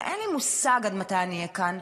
שאין לי מושג עד מתי אני אהיה כאן,